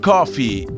Coffee